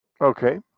Okay